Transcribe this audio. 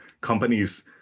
companies